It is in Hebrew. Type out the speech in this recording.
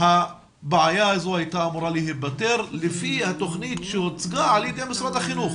הבעיה הזו הייתה אמורה להיפתר לפי התוכנית שהוצגה על ידי משרד החינוך.